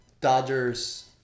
Dodgers